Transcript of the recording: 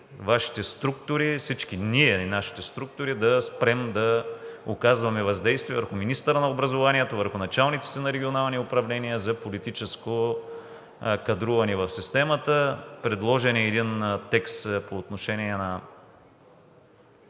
Вашите структури, всички ние и нашите структури да спрем да оказваме въздействие върху министъра на образованието, върху началниците на регионални управления за политическо кадруване в системата. Предложен е един текст по отношение на